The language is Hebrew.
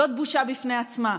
זאת בושה בפני עצמה.